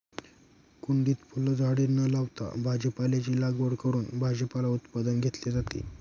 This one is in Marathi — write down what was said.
कुंडीत फुलझाडे न लावता भाजीपाल्याची लागवड करून भाजीपाला उत्पादन घेतले जाते